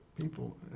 people